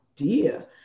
idea